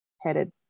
headed